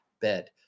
bed